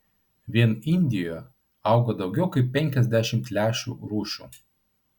vien indijoje auga daugiau kaip penkiasdešimt lęšių rūšių